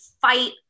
fight